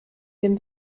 dem